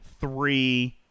three